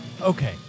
okay